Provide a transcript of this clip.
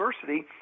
diversity